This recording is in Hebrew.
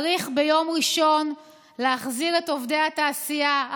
צריך ביום ראשון להחזיר את עובדי התעשייה,